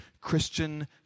Christian